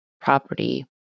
property